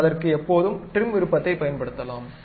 நான் அதற்க்கு எப்போதும் டிரிம் விருப்பத்தை பயன்படுத்தலாம்